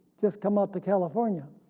just come out to california